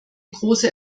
große